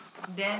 then